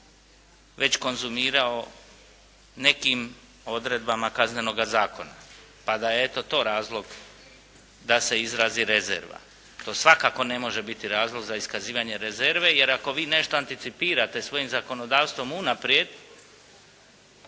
već konzumirao nekim odredbama Kaznenoga zakona, pa da je eto to razlog da se izrazi rezerva. To svakako ne može biti razlog za iskazivanje rezerve, jer ako vi nešto anticipirate svojim zakonodavstvom unaprijed